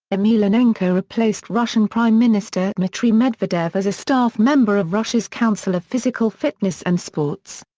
emelianenko replaced russian prime minister dmitry medvedev as a staff member of russia's council of physical fitness and sports.